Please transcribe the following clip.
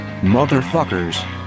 motherfuckers